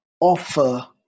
offer